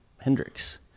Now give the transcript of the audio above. hendrix